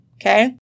Okay